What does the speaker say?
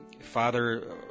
Father